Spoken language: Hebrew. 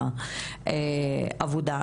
לכניסה לעבודה.